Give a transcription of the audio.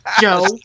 Joe